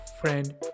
friend